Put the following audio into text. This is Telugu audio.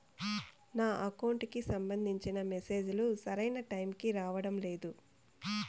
నా అకౌంట్ కి సంబంధించిన మెసేజ్ లు సరైన టైముకి రావడం లేదు